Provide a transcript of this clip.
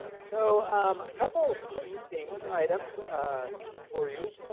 so a couple quick things, items ah for you.